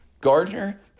Gardner